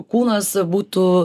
kūnas būtų